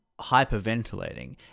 hyperventilating